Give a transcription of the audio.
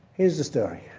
here's the story.